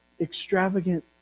extravagant